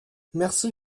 merci